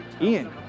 Ian